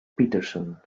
peterson